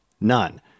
None